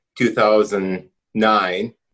2009